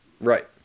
Right